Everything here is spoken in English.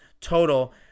total